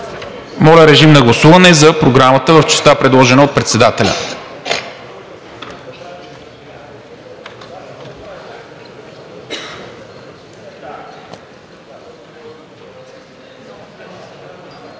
Моля, режим на гласуване за Програмата в частта, предложена от председателя.